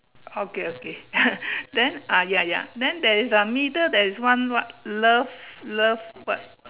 okay okay then uh ya ya then there is a middle there is one what love love what